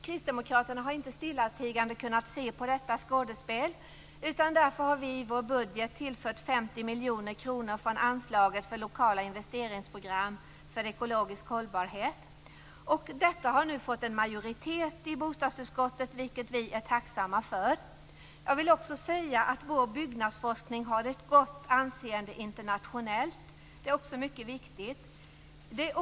Kristdemokraterna har inte stillatigande kunnat se på detta skådespel. Därför har vi i vår budget tillfört 50 miljoner kronor från anslaget för lokala investeringsprogram för ekologisk hållbarhet. Detta har fått en majoritet i bostadsutskottet, vilket vi är tacksamma för. Vår byggforskning har ett gott anseende internationellt. Det är viktigt.